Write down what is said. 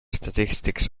statistics